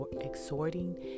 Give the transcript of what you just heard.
exhorting